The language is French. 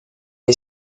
est